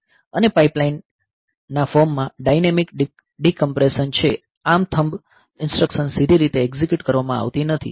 અને પાઇપલાઇન ના ફોર્મ માં ડાઈનેમિક ડિકમ્પ્રેશન છે ARM થમ્બ ઇન્સટ્રકશન સીધી રીતે એકઝીક્યુટ કરવામાં આવતી નથી